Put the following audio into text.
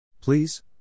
Please